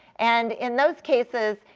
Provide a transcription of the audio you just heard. and in those cases,